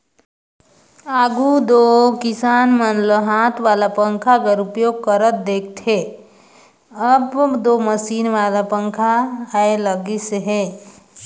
आघु दो किसान मन ल हाथ वाला पंखा कर उपयोग करत देखथे, अब दो मसीन वाला पखा आए लगिस अहे